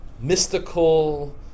mystical